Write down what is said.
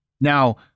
Now